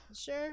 Sure